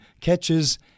catches